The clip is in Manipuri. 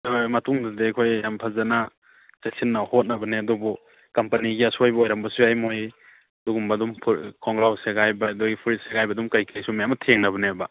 ꯍꯣꯏ ꯃꯇꯨꯡꯗꯗꯤ ꯑꯩꯈꯣꯏ ꯌꯥꯝ ꯐꯖꯅ ꯆꯦꯛꯁꯤꯟꯅ ꯍꯣꯠꯅꯕꯅꯦ ꯑꯗꯨꯕꯨ ꯀꯝꯄꯅꯤꯒꯤ ꯑꯁꯣꯏꯕ ꯑꯣꯏꯔꯝꯕꯁꯨ ꯌꯥꯏ ꯃꯣꯏ ꯑꯗꯨꯒꯨꯝꯕ ꯑꯗꯨꯝ ꯈꯣꯡꯒ꯭ꯔꯥꯎ ꯁꯦꯒꯥꯏꯕ ꯑꯗꯒꯤ ꯐꯨꯔꯤꯠ ꯁꯦꯒꯥꯏꯕ ꯑꯗꯨꯝ ꯀꯩꯀꯩꯁꯨ ꯃꯌꯥꯝ ꯊꯦꯡꯅꯕꯅꯦꯕ